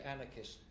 anarchist